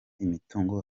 imitungo